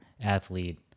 athlete